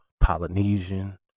Polynesian